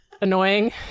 annoying